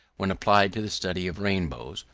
when applied to the study of rainbows,